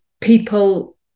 people